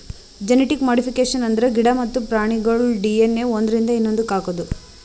genetic modification ಅಂದ್ರ ಗಿಡ ಮತ್ತ್ ಪ್ರಾಣಿಗೋಳ್ ಡಿ.ಎನ್.ಎ ಒಂದ್ರಿಂದ ಇನ್ನೊಂದಕ್ಕ್ ಹಾಕದು